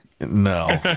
No